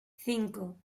cinco